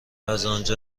ازآنجا